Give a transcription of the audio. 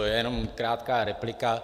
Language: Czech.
Jenom krátká replika.